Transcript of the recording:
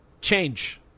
change